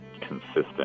consistent